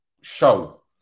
show